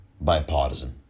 bipartisan